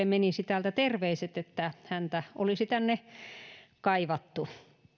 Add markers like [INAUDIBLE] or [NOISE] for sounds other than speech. [UNINTELLIGIBLE] menisi täältä terveiset että häntä olisi tänne kaivattu